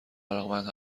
علاقمند